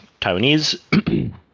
Taiwanese